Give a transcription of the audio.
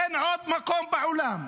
אין עוד מקום בעולם,